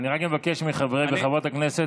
אני רק אבקש מחברי וחברות הכנסת,